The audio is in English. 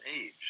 age